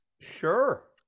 Sure